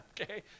okay